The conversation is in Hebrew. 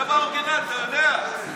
זה באורגינל, אתה יודע.